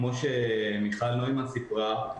כמו שמיכל נוימן סיפרה,